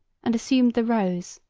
and assumed the rose,